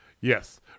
Yes